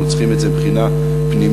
אנחנו צריכים את זה מבחינה פנימית,